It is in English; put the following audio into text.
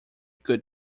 could